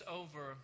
over